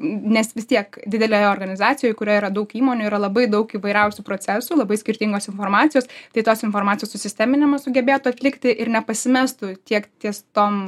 nes vis tiek didelėj organizacijoj kurioj yra daug įmonių yra labai daug įvairiausių procesų labai skirtingos informacijos tai tos informacijos susisteminimą sugebėtų atlikti ir nepasimestų tiek ties tom